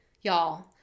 Y'all